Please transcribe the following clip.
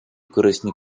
корисні